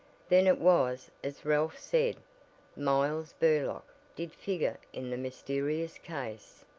then it was as ralph said miles burlock did figure in the mysterious case.